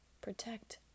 Protect